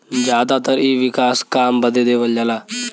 जादातर इ विकास काम बदे देवल जाला